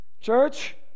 Church